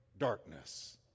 darkness